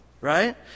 right